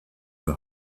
the